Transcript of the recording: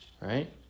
right